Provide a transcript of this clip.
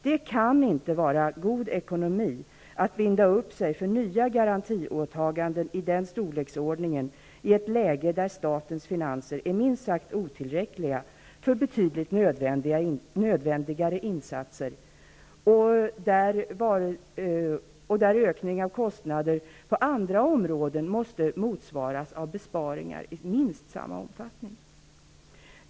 Det kan inte vara god ekonomi att binda upp sig för nya garantiåtaganden i den storleksordningen i ett läge där statens finanser är minst sagt otillräckliga för betydligt nödvändigare insatser och där ökning av kostnader på andra områden måste motsvaras av besparingar i minst samma omfattning.